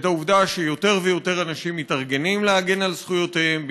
את העובדה שיותר ויותר אנשים מתארגנים להגן על זכויותיהם,